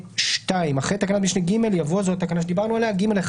אחרי תקנת משנה (ג) יבוא: "(ג1)